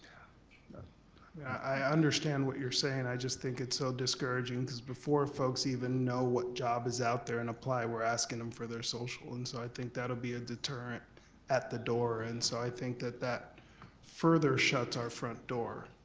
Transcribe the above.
yeah i understand what you're sayin', i just think it's so discouraging cause before folks even know what job is out there and apply we're askin them for their social. and so i think that'll be a deterrent at the door and so i think that that further shuts our front door.